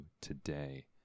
today